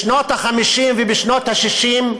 בשנות ה-50 ובשנות ה-60,